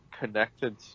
connected